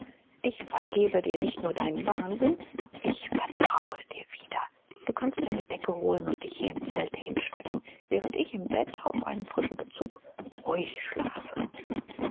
ich vergebe dir nicht nur deinen wahnsinn ich vertraue dir wieder du kannst deine decke holen und dich hier im zelte hinstrecken während ich im bett auf einem frischen bezug ruhig schlafe